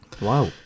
Wow